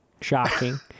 shocking